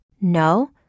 No